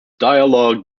dialogue